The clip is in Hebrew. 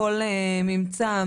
כל ממצא,